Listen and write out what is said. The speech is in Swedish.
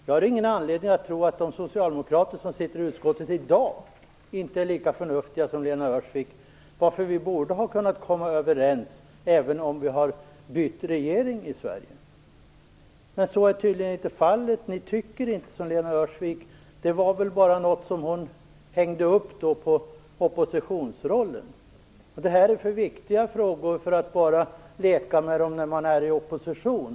Jag har ingen anledning att tro att de socialdemokrater som sitter i utskottet i dag inte är lika förnuftiga som Lena Öhrsvik. Vi borde ha kunnat komma överens, även om vi har bytt regering i Sverige. Men så är tydligen inte fallet. Ni tycker inte som Lena Öhrsvik. Då var väl hennes åsikter bara något som hon hängde upp på oppositionsrollen. Detta är för viktiga frågor för att bara leka med i opposition.